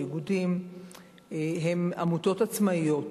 האיגודים הם עמותות עצמאיות,